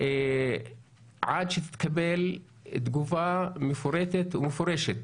עד שתתקבל תגובה מפורטת ומפורשת